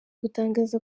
gutangaza